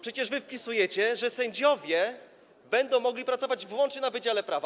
Przecież wy wpisujecie, że sędziowie będą mogli pracować wyłącznie na wydziale prawa.